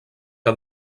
que